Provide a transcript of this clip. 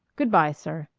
good-by, sir.